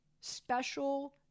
special